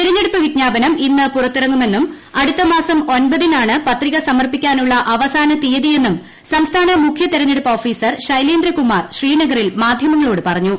തെരഞ്ഞെടുപ്പ്വിജ്ഞാപനം ഇന്ന് പുറത്തിറങ്ങുമെന്നുംഅടുത്ത മാസം ഒമ്പതിന് ആണ് പത്രികസമർപ്പിക്കനുള്ളഅവസാന തീയതിയെന്നുംസംസ്ഥാന മുഖ്യതെരഞ്ഞെടുപ്പ് ഓഫീസർ ശൈലേന്ദ്രകുമാർ ശ്രീനഗറിൽ മാധ്യമങ്ങളോട് പറഞ്ഞു